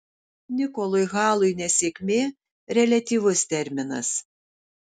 nikolui halui nesėkmė reliatyvus terminas